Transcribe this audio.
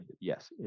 yes